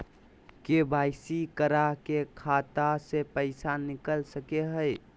KYC करा के खाता से पैसा निकल सके हय?